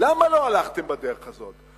למה לא הלכתם בדרך הזאת?